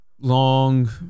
long